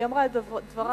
היא אמרה את דברה.